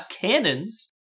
cannons